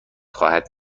خواهد